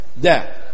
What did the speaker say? Death